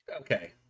Okay